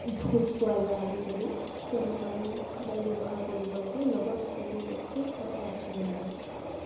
ধূপ পোৱা যায় আজিকালি তেনেকুৱাবোৰ সদায় ব্যৱহাৰ কৰিব লাগে লগত এইবোৰ বস্তু সদায় ৰাখিব লাগে